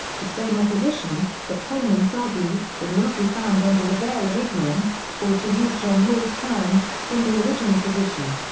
the same opposition, proponents argue, would not be found under a veil of ignorance, or to use john rawls' term, from the original position.